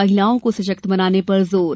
महिलाओं को सशक्त बनाने पर जोर